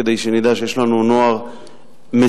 כדאי שנדע שיש לנו נוער מצוין,